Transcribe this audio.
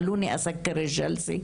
הפחד עצמו מלאבד לפעמים משתק,